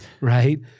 right